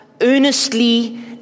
earnestly